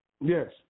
Yes